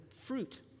Fruit